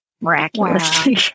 miraculously